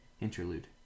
Interlude